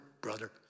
brother